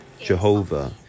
Jehovah